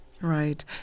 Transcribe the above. Right